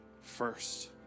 first